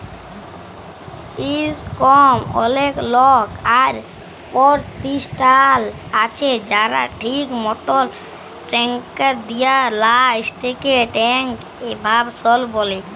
ইরকম অলেক লক আর পরতিষ্ঠাল আছে যারা ঠিক মতল ট্যাক্স দেয় লা, সেটকে ট্যাক্স এভাসল ব্যলে